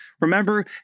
Remember